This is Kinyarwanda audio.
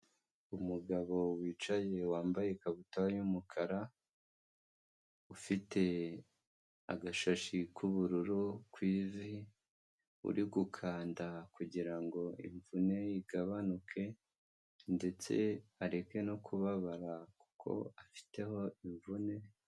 Umugabo wicaye wambaye ikabutura y'umukara ufite agashashi k'ubururu kwivi uri gukanda kugira ngo imvune igabanuke ndetse areke no kubabara kuko afiteho imvune.